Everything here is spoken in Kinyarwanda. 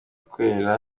kwera